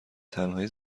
تنهایی